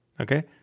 okay